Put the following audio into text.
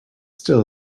still